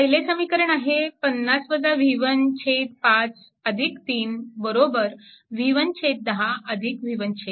पहिले समीकरण आहे 5 3 v110 v140